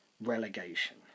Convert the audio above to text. relegation